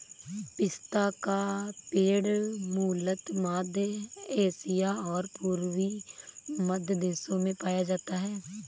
पिस्ता का पेड़ मूलतः मध्य एशिया और पूर्वी मध्य देशों में पाया जाता है